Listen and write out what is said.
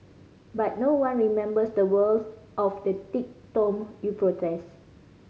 but no one remembers the words of the thick tome you protest